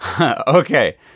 Okay